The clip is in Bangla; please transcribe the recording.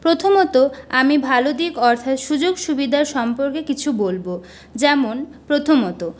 প্রথমত আমি ভালো দিক অর্থাৎ সুযোগ সুবিধা সম্পর্কে কিছু বলবো যেমন প্রথমত